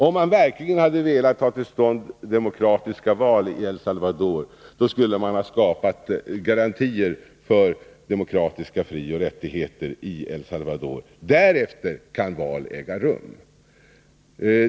Om man verkligen hade velat ha till stånd demokratiska val i El Salvador, skulle man ha skapat garantier för demokratiska frioch rättigheter i landet. Därefter kan val äga rum.